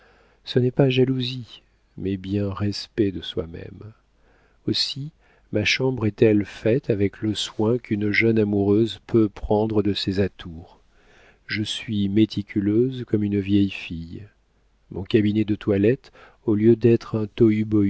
ce n'est pas jalousie mais bien respect de soi-même aussi ma chambre est-elle faite avec le soin qu'une jeune amoureuse peut prendre de ses atours je suis méticuleuse comme une vieille fille mon cabinet de toilette au lieu d'être un